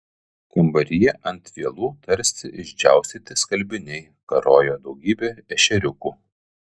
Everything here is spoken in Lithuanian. kambaryje ant vielų tarsi išdžiaustyti skalbiniai karojo daugybė ešeriukų